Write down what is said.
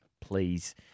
please